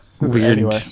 weird